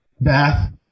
bath